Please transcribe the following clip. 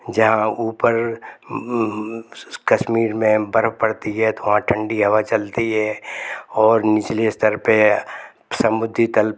जहाँ ऊपर कश्मीर में बर्फ पड़ती है तो वहाँ ठंडी हवा चलती है और निचले स्तर पे समुद्री तल